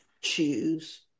choose